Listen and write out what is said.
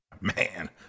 man